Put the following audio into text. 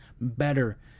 better